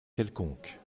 quelconque